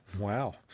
Wow